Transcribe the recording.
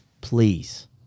Please